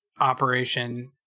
operation